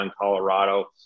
Colorado